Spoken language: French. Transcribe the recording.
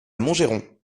montgeron